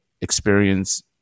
experience